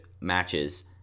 matches